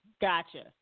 Gotcha